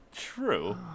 True